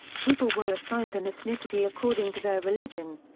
people were assigned an ethnicity according to their religion.